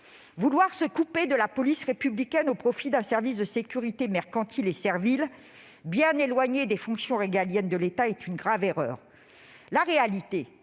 Vouloir se couper de la police républicaine au profit d'un service de sécurité mercantile et servile, bien éloigné des fonctions régaliennes de l'État, est une grave erreur. En réalité,